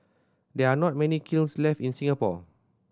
there are not many kilns left in Singapore